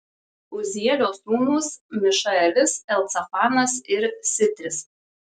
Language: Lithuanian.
uzielio sūnūs mišaelis elcafanas ir sitris